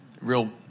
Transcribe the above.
real